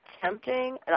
tempting